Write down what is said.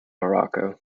morocco